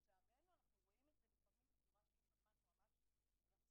לצערנו אנחנו רואים את זה לפעמים בצורה שהיא ממש ממש רצחנית,